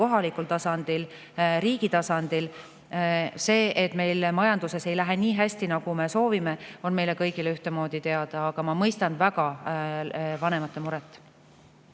kohalikul tasandil kui ka riigi tasandil, see, et meil majanduses ei lähe nii hästi, nagu me soovime, on meile kõigile ühtemoodi teada. Ma väga [hästi] mõistan vanemate muret.